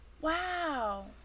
wow